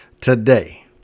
today